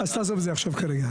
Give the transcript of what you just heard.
אז תעזוב את זה עכשיו כרגע.